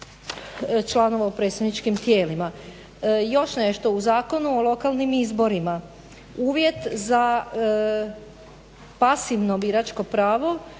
članova u predstavničkim tijelima. Još nešto. U Zakonu o lokalnim izborima uvjet za pasivno biračko pravo